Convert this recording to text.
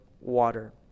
water